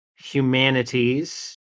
Humanities